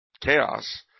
chaos